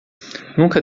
nunca